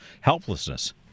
helplessness